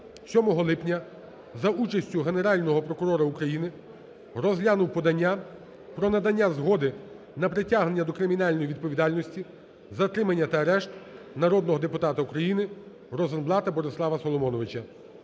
7 липня за участю Генерального прокурора України розглянув подання про надання згоди на притягнення до кримінальної відповідальності, затримання та арешт народного депутата України Розенблата Борислава Соломоновича.